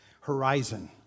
Horizon